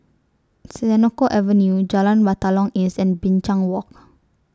Senoko Avenue Jalan Batalong East and Binchang Walk